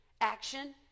action